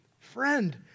friend